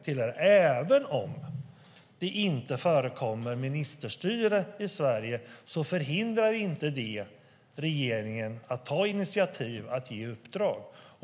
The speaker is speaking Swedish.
Att det inte förekommer ministerstyre i Sverige förhindrar inte regeringen att ta initiativ och ge uppdrag.